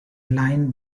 line